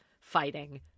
fighting